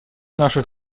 наших